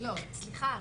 סליחה,